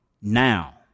now